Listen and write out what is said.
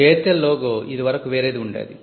AIRTEL logo ఇది వరకు వేరేది ఉండేది